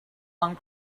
long